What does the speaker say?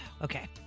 Okay